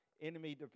enemy